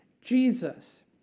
Jesus